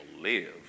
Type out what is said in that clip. live